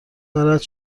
دارد